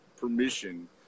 permission